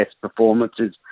performances